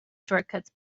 shortcuts